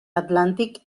atlàntic